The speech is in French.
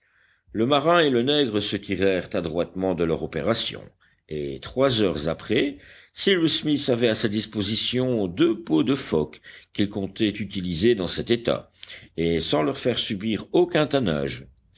le marin et le nègre se tirèrent adroitement de leur opération et trois heures après cyrus smith avait à sa disposition deux peaux de phoque qu'il comptait utiliser dans cet état et sans leur faire subir aucun tannage